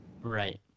Right